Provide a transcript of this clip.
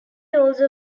also